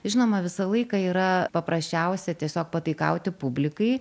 žinoma visą laiką yra paprasčiausia tiesiog pataikauti publikai